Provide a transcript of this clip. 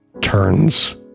turns